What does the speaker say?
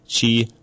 chi